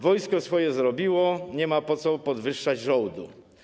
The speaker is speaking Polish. Wojsko swoje zrobiło, nie ma po co podwyższać żołdu.